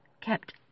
kept